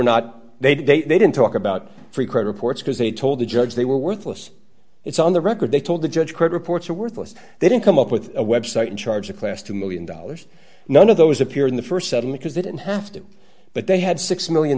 not they did they they didn't talk about free credit reports because they told the judge they were worthless it's on the record they told the judge heard reports are worthless they didn't come up with a website and charge a class two million dollars none of those appear in the st seven because they didn't have to but they had six million